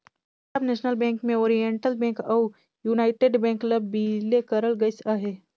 Punjab National Bank में Oriental Bank अउ United Bank ल बिले करल गइस अहे